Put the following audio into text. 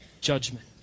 judgment